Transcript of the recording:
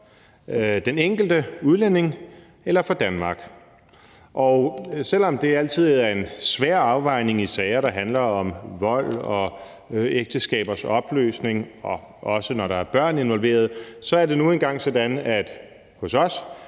den enkelte udlænding eller for Danmark? Og selv om det altid er en svær afvejning i sager, der handler om vold og ægteskabers opløsning, også når der er børn involveret, så er det nu engang sådan, at vi